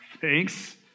thanks